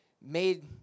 made